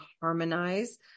Harmonize